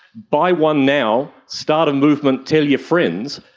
buy one now, start a movement, tell your friends,